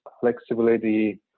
flexibility